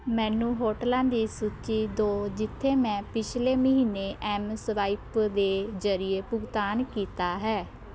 ਮੈਨੂੰ ਹੋਟਲਾਂ ਦੀ ਸੂਚੀ ਦਿਉ ਜਿੱਥੇ ਮੈਂ ਪਿਛਲੇ ਮਹੀਨੇ ਐੱਮ ਐੱਮਸਵਾਈਪ ਦੇ ਜ਼ਰੀਏ ਭੁਗਤਾਨ ਕੀਤਾ ਹੈ